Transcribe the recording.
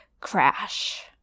crash